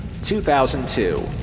2002